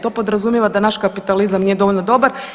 To podrazumijeva da naš kapitalizam nije dovoljno dobar.